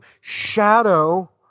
shadow